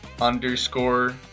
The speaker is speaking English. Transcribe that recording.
underscore